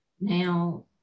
Now